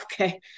okay